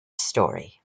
story